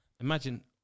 Imagine